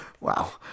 Wow